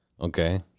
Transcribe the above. okay